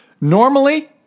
normally